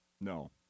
No